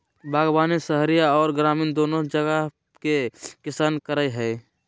बागवानी शहरी आर ग्रामीण दोनो जगह के किसान करई हई,